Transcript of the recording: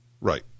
Right